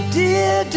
dear